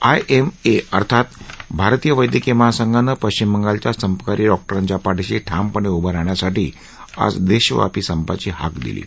IMA अर्थात भारतीय वैद्यकीय महासंघाने पश्चिम बंगालच्या संपकरी डॉक्टरांच्या पाठीशी ठामपणे उभे राहण्यासाठी आज देशव्यापी संपाची हाक दिली आहे